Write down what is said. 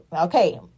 okay